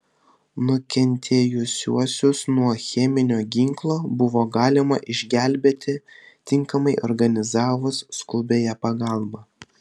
nukentėjusiuosius nuo cheminio ginklo buvo galima išgelbėti tinkamai organizavus skubiąją pagalbą